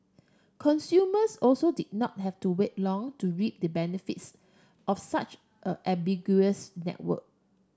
consumers also did not have to wait long to reap the benefits of such a ubiquitous network